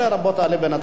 אני לא משיב,